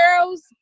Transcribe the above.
girls